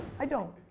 i don't.